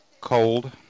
cold